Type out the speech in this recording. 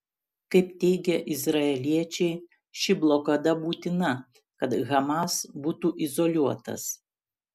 kaip teigia izraeliečiai ši blokada būtina kad hamas būtų izoliuotas